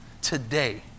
today